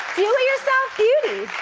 do-it-yourself beauty.